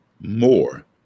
more